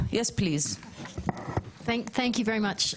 תודה רבה.